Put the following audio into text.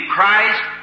Christ